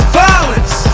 violence